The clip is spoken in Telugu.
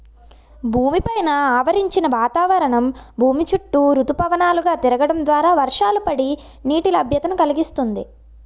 భూమి పైన ఆవరించిన వాతావరణం భూమి చుట్టూ ఋతుపవనాలు గా తిరగడం ద్వారా వర్షాలు పడి, నీటి లభ్యతను కలిగిస్తుంది